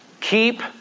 Keep